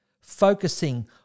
Focusing